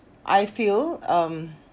I feel um